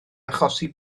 achosi